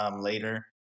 later